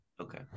Okay